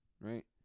right